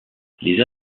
les